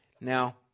Now